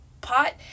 pot